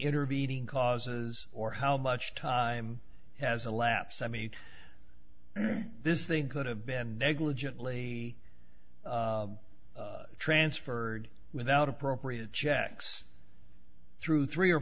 intervening causes or how much time has elapsed i mean this thing could have been negligently transferred without appropriate checks through